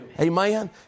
Amen